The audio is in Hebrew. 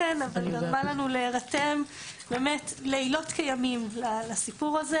לנו להירתם לילות כימים לסיפור הזה